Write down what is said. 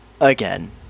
Again